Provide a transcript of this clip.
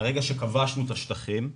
מהרגע שכבשנו את השטחים,